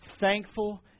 thankful